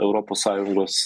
europos sąjungos